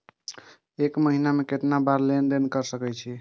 एक महीना में केतना बार लेन देन कर सके छी?